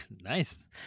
Nice